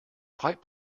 quite